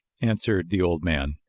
answered the old man,